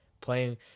playing